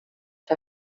der